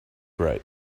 right